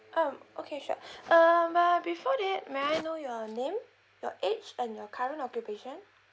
um okay sure um but before that may I know your name your age and your current occupation